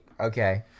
Okay